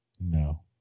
No